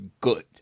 good